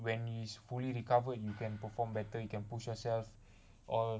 when it's fully recovered you can perform better you can push yourself or